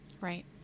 Right